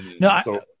no